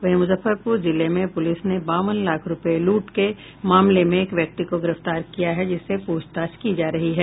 वहीं मुजफ्फरपुर जिले में पुलिस ने बावन लाख रूपये लूट के मामले में एक व्यक्ति को गिरफ्तार किया है जिससे पूछताछ की जा रही है